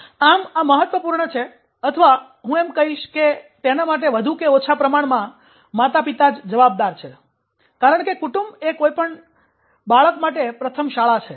આમ આ મુખ્યમહત્વપૂર્ણ છે અથવા હું એમ કહીશ કે તેના માટે વધુ કે ઓછા પ્રમાણમાં માતાપિતા જ જવાબદાર છે કારણ કે કુટુંબ એ કોઈપણ બાળક માટે પ્રથમ શાળા છે